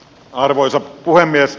arvoisa puhemies